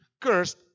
cursed